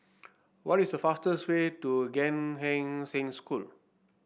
what is the fastest way to Gan Eng Seng School